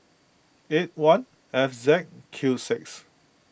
eight one F Z Q six